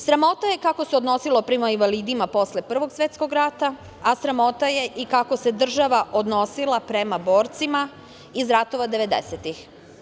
Sramota kako se odnosilo prema invalidima posle Prvog svetskog rata, a sramota je kako se država odnosila prema borcima iz ratova 90-ih.